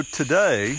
today